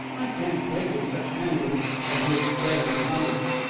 i can't play with such candles as those flaring about us.